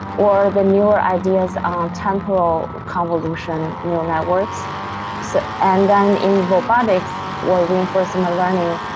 or the newer ideas are temporal convolution neural networks so and then in robotics, where reinforcing the learning,